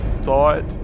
thought